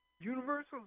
Universal